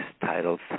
titled